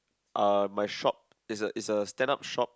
uh my shop is a is a stand up shop